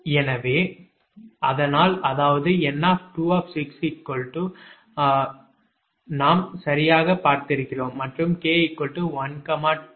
எனவே அதனால் அதாவது 𝑁 6 நாம் சரியாக பார்த்திருக்கிறோம் மற்றும் 𝑘 12